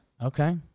Okay